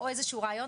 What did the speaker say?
או איזשהו רעיון,